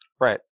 Right